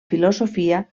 filosofia